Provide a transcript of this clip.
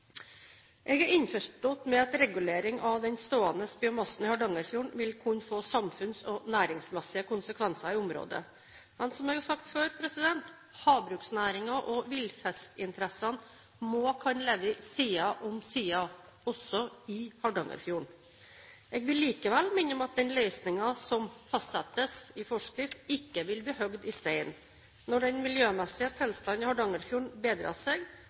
Jeg er innforstått med at regulering av den stående biomassen i Hardangerfjorden vil kunne få samfunns- og næringsmessige konsekvenser i området. Men, som jeg har sagt før, havbruksnæringen og villfiskinteressene må kunne leve side om side – også i Hardangerfjorden. Jeg vil likevel minne om at den løsningen som fastsettes i forskrift, ikke vil bli hogd i stein. Når den miljømessige tilstanden i Hardangerfjorden bedrer seg,